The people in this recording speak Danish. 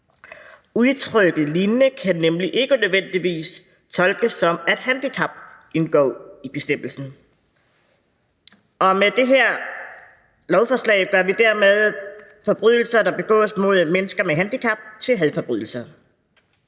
Udtrykket lignende kan nemlig ikke nødvendigvis tolkes, som at handicap indgår i bestemmelsen, og med det her lovforslag gør vi dermed forbrydelser, der begås mod mennesker med handicap, til hadforbrydelser.